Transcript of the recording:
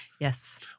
Yes